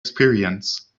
experience